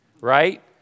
right